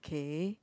okay